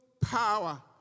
power